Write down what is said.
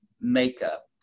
makeup